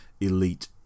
Elite